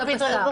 פיקוח על הבשר.